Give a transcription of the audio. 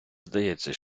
здається